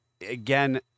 again